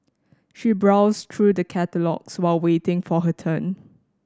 she browsed through the catalogues while waiting for her turn